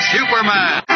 Superman